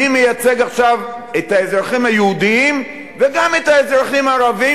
אני מייצג עכשיו את האזרחים היהודים וגם את האזרחים הערבים,